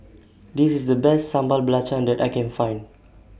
This IS The Best Sambal Belacan that I Can Find